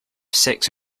six